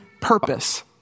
purpose